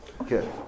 okay